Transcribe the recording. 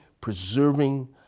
preserving